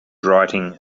writing